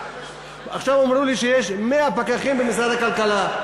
עכשיו אמרו לי שיש 100 פקחים במשרד הכלכלה.